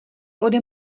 ode